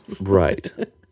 Right